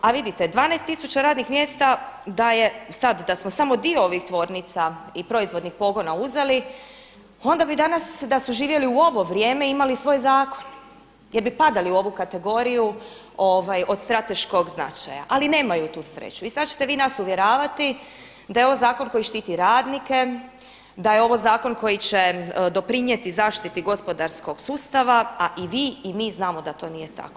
A vidite, 12 tisuća radnih mjesta da smo samo dio ovih tvornica i proizvodnih pogona uzeli, onda bi danas da su živjeli u ovo vrijeme imali svoj zakon jer bi padali u ovu kategoriju od strateškog značaja, ali nemaju tu sreću i sada ćete vi nas uvjeravati da je ovo zakon koji štiti radnike, da je ovo zakon koji će doprinijeti zaštiti gospodarskog sustava a i vi, i mi znamo da to nije tako.